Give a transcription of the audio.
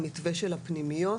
המתווה של הפנימיות,